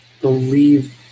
believe